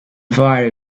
fiery